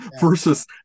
versus